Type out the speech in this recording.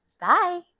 Bye